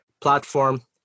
platform